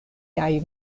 kaj